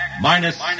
minus